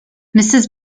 mrs